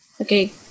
Okay